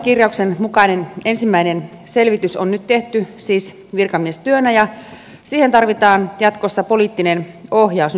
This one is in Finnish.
hallitusohjelmakirjauksen mukainen ensimmäinen selvitys on nyt tehty siis virkamiestyönä ja siihen tarvitaan jatkossa poliittinen ohjaus nyt kuntakuulemisien jälkeen